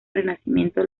renacimiento